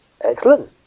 Excellent